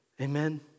Amen